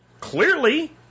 Clearly